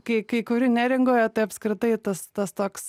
kai kai kuri neringoje tai apskritai tas tas toks